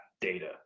data